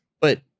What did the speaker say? But-